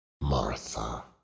Martha